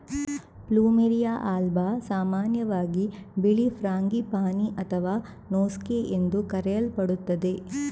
plumeria alba ಸಾಮಾನ್ಯವಾಗಿ ಬಿಳಿ frangipani ಅಥವಾ ನೋಸ್ಗೇ ಎಂದು ಕರೆಯಲ್ಪಡುತ್ತದೆ